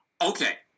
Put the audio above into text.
Okay